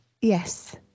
Yes